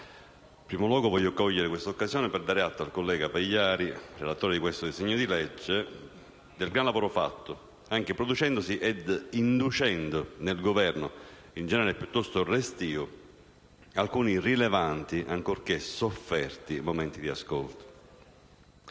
in primo luogo voglio cogliere questa occasione per dare atto al collega Pagliari, relatore di questo disegno di legge, del gran lavoro fatto, producendosi ed inducendo nel Governo, in generale piuttosto restio, alcuni rilevanti, ancorché sofferti, momenti di ascolto.